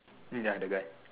ya the guy